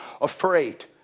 afraid